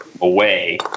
away